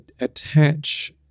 attach